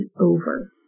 over